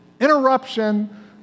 interruption